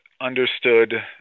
understood